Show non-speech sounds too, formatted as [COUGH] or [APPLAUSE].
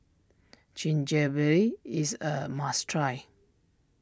[UNINTELLIGIBLE] is a must try